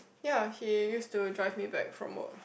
ya he used to drive me back from work